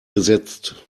gesetzt